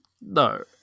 No